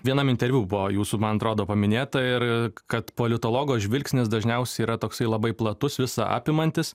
vienam interviu buvo jūsų man atrodo paminėta ir kad politologo žvilgsnis dažniausiai yra toksai labai platus visa apimantis